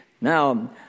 Now